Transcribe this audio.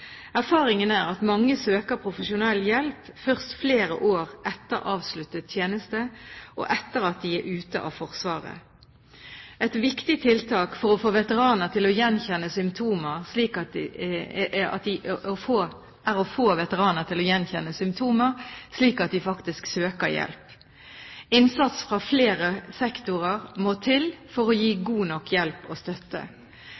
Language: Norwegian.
Erfaringen er at mange søker profesjonell hjelp først flere år etter avsluttet tjeneste, og etter at de er ute av Forsvaret. Et viktig tiltak er å få veteraner til å gjenkjenne symptomer, slik at de faktisk søker hjelp. Innsats fra flere sektorer må til for å